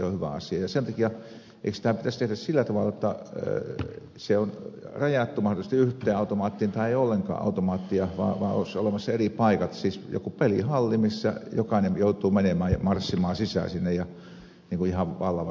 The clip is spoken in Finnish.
eikö tämä pitäisi tehdä sen takia sillä tavalla että se on rajattu mahdollisesti yhteen automaattiin tai ei ollenkaan automaattia vaan olisi olemassa eri paikat siis joku pelihalli mihin jokainen joutuu menemään ja marssimaan sisään ihan varta vasten pelaamaan